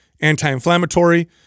anti-inflammatory